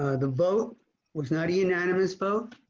the vote was not a unanimous vote.